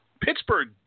Pittsburgh